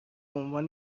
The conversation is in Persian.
عنوان